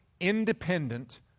independent